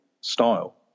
style